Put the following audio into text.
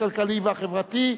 הכלכלי והחברתי,